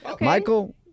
Michael